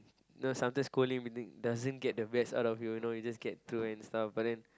know sometimes scolding doesn't get the best out of you know just get to and stuff